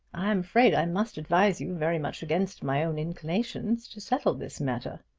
i am afraid i must advise you, very much against my own inclinations, to settle this matter.